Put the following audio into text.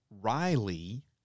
Riley